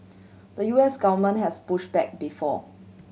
the U S government has push back before